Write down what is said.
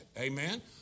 Amen